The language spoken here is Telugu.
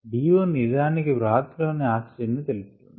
DO నిజానికి బ్రాత్ లోని ఆక్సిజన్ ను తెలుపుతుంది